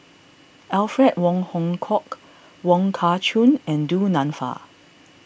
Alfred Wong Hong Kwok Wong Kah Chun and Du Nanfa